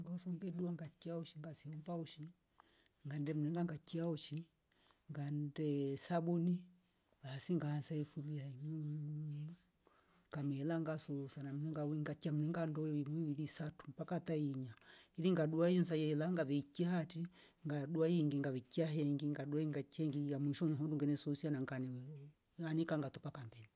Ngadua ngasihumba hoshi ngande mringa madeve atratru au cana ngadua limu kaili laka tratru ngasheani kau kambeni.